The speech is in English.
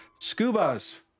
scubas